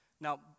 Now